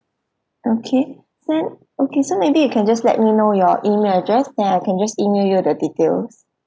okay then okay so maybe you can just let me know your email address then I can just email you the details